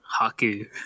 haku